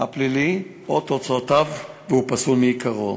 הפלילי או תוצאותיו הוא פסול מעיקרו,